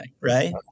right